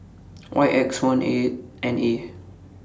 Y X one eight N A